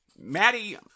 Maddie